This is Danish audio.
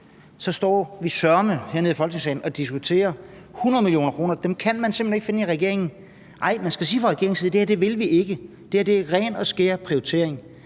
så står vi søreme hernede i Folketingssalen og diskuterer om 100 mio. kr. – dem kan regeringen simpelt hen ikke finde. Nej, man skal fra regeringens side sige: Det her vil vi ikke – det her er ren og skær prioritering.